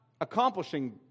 accomplishing